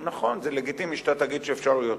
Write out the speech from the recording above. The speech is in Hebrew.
נכון, זה לגיטימי שאתה תגיד שאפשר יותר.